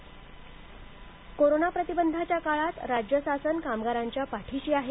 Hasan Mushrif corona प्रतिबंधाच्या काळांत राज्य शासन कामगारांच्या पाठीशी आहे